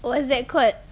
what's that called